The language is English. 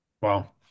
Wow